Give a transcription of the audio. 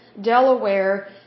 Delaware